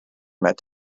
met